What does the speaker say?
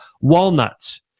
walnuts